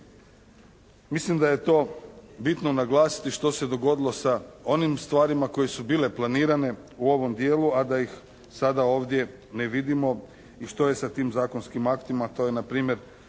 Mislim da je to bitno naglasiti što se dogodilo sa onim stvarima koje su bile planirane u ovom dijelu, a da ih sada ovdje ne vidimo i što je sa tim zakonskim aktima, to je npr.